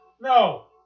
No